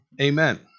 Amen